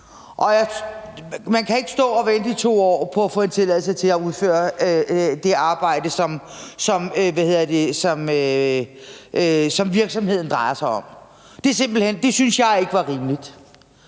Man kan ikke stå og vente i 2 år på at få en tilladelse til at udføre det arbejde, som virksomheden drejer sig om. Det synes jeg simpelt hen ikke var rimeligt.